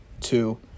two